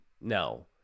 no